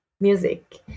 music